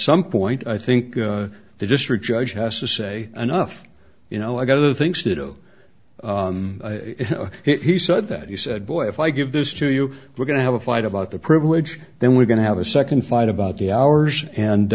some point i think the district judge has to say enough you know i got other things to do he said that he said boy if i give those to you we're going to have a fight about the privilege then we're going to have a second fight about the hours